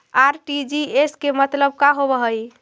RTGS के मतलब का होव हई?